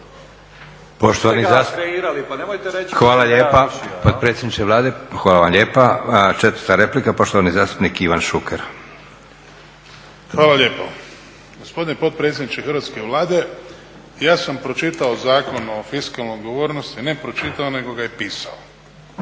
Ivan (HDZ)** Hvala lijepo. Gospodine potpredsjedniče hrvatske Vlade, ja sam pročitao Zakon o fiskalnoj odgovornosti, ne pročitao nego ga i pisao.